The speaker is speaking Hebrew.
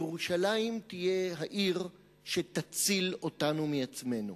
ירושלים תהיה העיר שתציל אותנו מעצמנו.